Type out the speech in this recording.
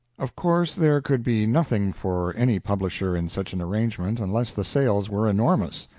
of course there could be nothing for any publisher in such an arrangement unless the sales were enormous.